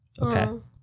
Okay